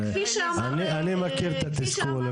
אני מכיר את התסכול.